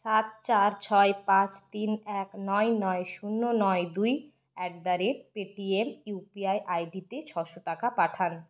সাত চার ছয় পাঁচ তিন এক নয় নয় শূন্য নয় দুই at the rate Paytm U P I I D তে ছশো টাকা পাঠান